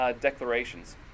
declarations